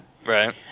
Right